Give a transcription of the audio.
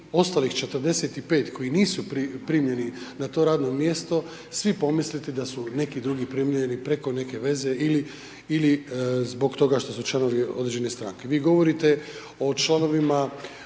ostalih 45 koji nisu primljeni na to radno mjesto, svi pomisliti da su neki drugi primljeni preko neke veze ili zbog toga što su članovi određene stranke. Vi govorite o članovima,